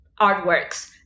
artworks